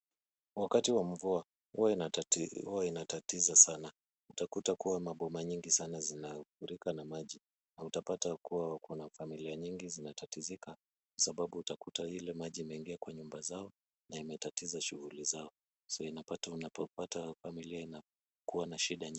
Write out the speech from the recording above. Wakati wa mvua huwa inatatiza sana, utakuta kuwa maboma nyingi sana zinafurika na maji na utapata kuwa wako na familia nyingi zinatatizika kwa sababu utakuta ile maji imeingia kwenye nyumba zao na imetatiza shughuli zao, so unapata familia inakuwa na shida nyingi.